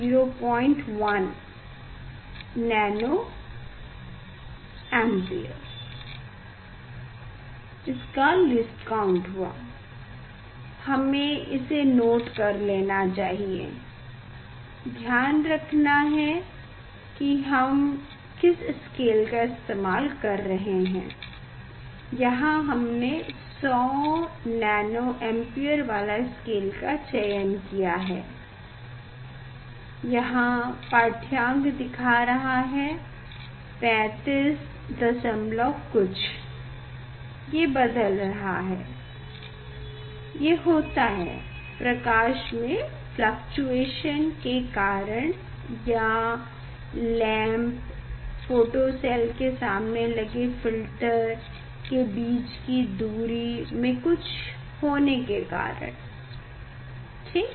01 तो 01 नैनोअम्पियर इसका लीस्टकाउंट है हमें इसे नोट कर लेना चाहिए ध्यान रखना है कि हम किस स्केल का इस्तेमाल कर रहे हैं यहाँ हमने 100 नैनो अम्पियर वाला स्केल का चयन किया है यहाँ पाठ्यांक दिखा रहा है 35 दशमलव कुछ ये बदल रहा है ये होता है प्रकाश में फ्लक्चुयशन के कारण या ललैम्प फोटो सेल के सामने लगे फ़िल्टर के बीच कि दूरी में कुछ होने के कारणठीक